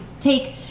take –